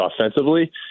offensively